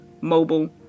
mobile